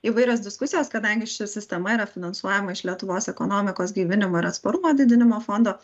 įvairios diskusijos kadangi ši sistema yra finansuojama iš lietuvos ekonomikos gaivinimo ir atsparumo didinimo fondo